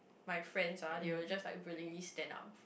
my friends ah they will just like willingly stand up